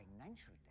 financial